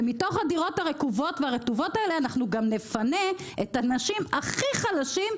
ומתוך הדירות הרקובות והרטובות האלה אנחנו גם נפנה את האנשים הכי חלשים,